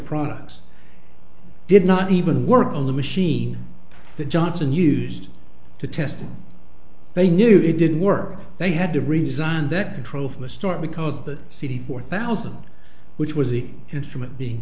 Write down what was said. products did not even work on the machine that johnson used to test and they knew it didn't work they had to redesign that control from the start because the city four thousand which was the instrument being